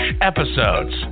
episodes